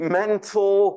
mental